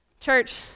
Church